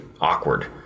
awkward